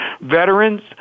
Veterans